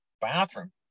bathroom